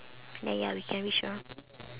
then ya we can reach around